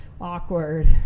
awkward